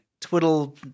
twiddle